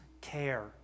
care